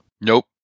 Nope